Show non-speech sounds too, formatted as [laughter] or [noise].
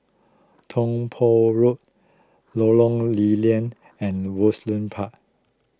Tiong Poh Road Lorong Lew Lian and [unintelligible] Park